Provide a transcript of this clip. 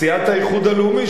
סיעת האיחוד הלאומי,